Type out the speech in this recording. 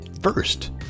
first